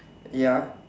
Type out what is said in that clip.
ya